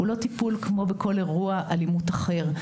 הוא לא טיפול כמו בכל אירוע אלימות אחר.